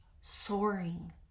soaring